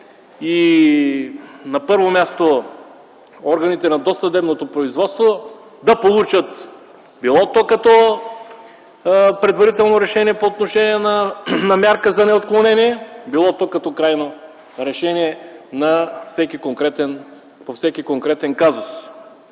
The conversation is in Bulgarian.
и, на първо място, органите на досъдебното производство да получат било то като предварително решение по отношение на мярка за неотклонение, било то като крайно решение на всеки конкретен казус.